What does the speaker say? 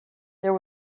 there